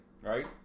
right